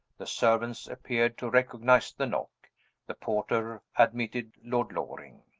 the servants appeared to recognize the knock the porter admitted lord loring.